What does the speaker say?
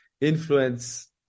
influence